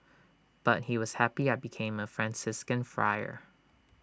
but he was happy I became A Franciscan Friar